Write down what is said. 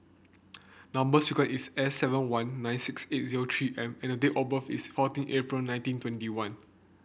number sequence is S seven one nine six eight zero three M and date of birth is fourteen April nineteen twenty one